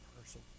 person